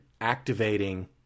activating